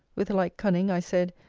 with like cunning i said,